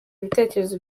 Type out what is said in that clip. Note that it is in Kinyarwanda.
ibitekerezo